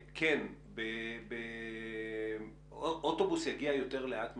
כן, אוטובוס יגיע יותר לאט מרכבת,